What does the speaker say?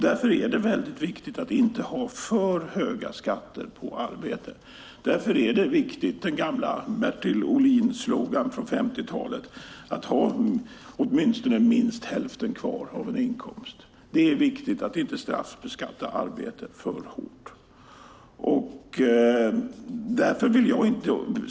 Därför är det viktigt att inte ha för höga skatter på arbete, och därför är Bertil Ohlins gamla slogan från 50-talet om att man ska ha åtminstone hälften av en inkomst kvar viktig. Det är viktigt att inte straffbeskatta arbetet för hårt.